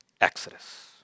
exodus